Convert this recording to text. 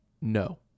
No